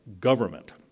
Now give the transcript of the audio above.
government